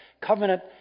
covenant